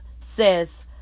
says